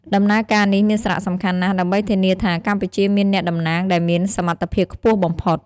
ដំណើរការនេះមានសារៈសំខាន់ណាស់ដើម្បីធានាថា កម្ពុជាមានអ្នកតំណាងដែលមានសមត្ថភាពខ្ពស់បំផុត។